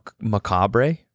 macabre